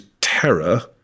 terror